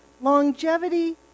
Longevity